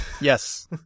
Yes